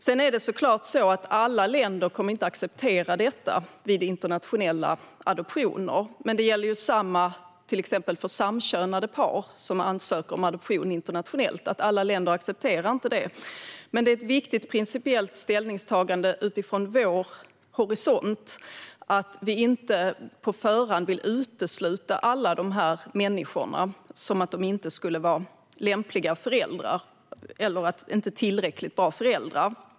Det är självklart så att alla länder inte kommer att acceptera detta vid internationella adoptioner, men detsamma gäller ju för till exempel samkönade par som ansöker om adoption internationellt - alla länder accepterar inte det, men det är ett viktigt principiellt ställningstagande utifrån vår horisont att vi inte på förhand vill utesluta alla dessa människor som om de inte var tillräckligt bra föräldrar.